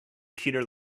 peter